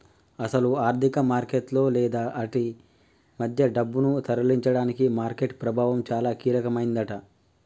అసలు ఆర్థిక మార్కెట్లలో లేదా ఆటి మధ్య డబ్బును తరలించడానికి మార్కెట్ ప్రభావం చాలా కీలకమైందట